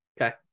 Okay